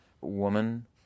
woman